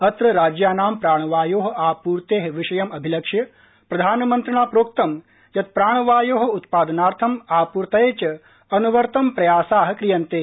अत्र राज्यानां प्राणवायोः आपूर्तेः विषयम् अभिलक्ष्य प्रधानमन्त्रिणा प्रोक्तं यत् प्राणवायोः उत्पादनार्थं आपूर्तये च अनवरतं प्रयासाः क्रियन्ते